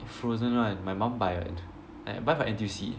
frozen [one] my mum buy [one] buy from N_T_U_C